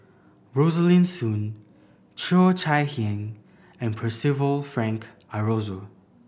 Rosaline Soon Cheo Chai Hiang and Percival Frank Aroozoo